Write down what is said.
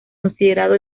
considerado